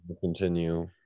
continue